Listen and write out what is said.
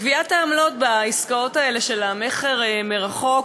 גביית העמלות בעסקאות האלה של מכר מרחוק